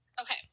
okay